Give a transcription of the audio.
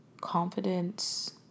confidence